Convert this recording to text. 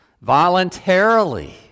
voluntarily